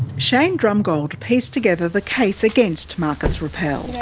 shane drumgold pieced together the case against marcus rappel.